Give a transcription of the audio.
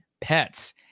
pets